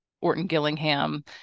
Orton-Gillingham